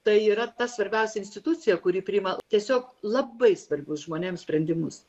tai yra ta svarbiausia institucija kuri priima tiesiog labai svarbius žmonėms sprendimus